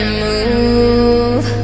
move